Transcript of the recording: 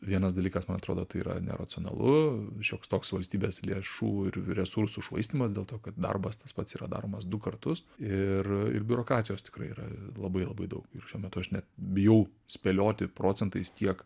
vienas dalykas man atrodo tai yra neracionalu šioks toks valstybės lėšų ir resursų švaistymas dėl to kad darbas tas pats yra daromas du kartus ir ir biurokratijos tikrai yra labai labai daug ir šiuo metu aš net bijau spėlioti procentais kiek